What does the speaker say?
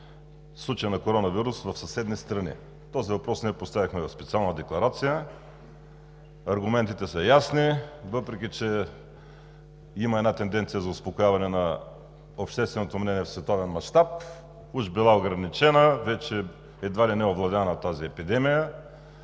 в съседни страни. Този въпрос ние поставихме в специална декларация. Аргументите са ясни, въпреки че има тенденция за успокояване на общественото мнение в световен мащаб – уж била ограничена, едва ли не вече овладяна тази епидемия.